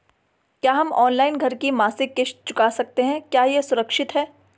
क्या हम ऑनलाइन घर की मासिक किश्त चुका सकते हैं क्या यह सुरक्षित है?